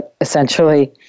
essentially